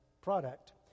product